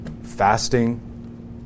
fasting